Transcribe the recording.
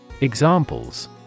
Examples